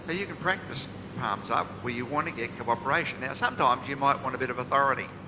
ah you can practice palms up where you want to get cooperation. sometimes you might want a bit of authority.